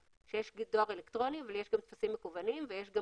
שיש דואר אלקטרוני אבל יש גם טפסים מקוונים ויש גם